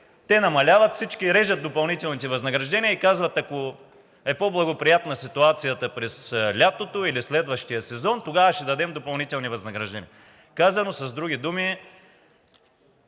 Те намаляват, всички режат допълнителните възнаграждения и казват: „Ако е по-благоприятна ситуацията през лятото или следващия сезон, тогава ще дадем допълнителни възнаграждения.“ Казано с други думи,